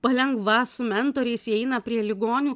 palengva su mentoriais jie eina prie ligonių